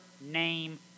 name